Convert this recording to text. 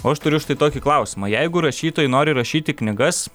o aš turiu štai tokį klausimą jeigu rašytojai nori rašyti knygas